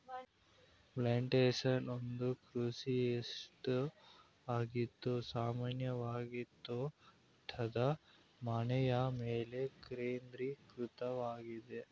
plantation ಒಂದು ಕೃಷಿ estate ಆಗಿದ್ದು ಸಾಮಾನ್ಯವಾಗಿತೋಟದ ಮನೆಯಮೇಲೆ ಕೇಂದ್ರೀಕೃತವಾಗಿದೆ